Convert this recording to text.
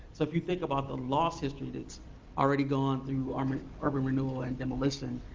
so if you think about the lost history that's already gone through um ah urban renewal and demolition,